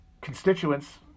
constituents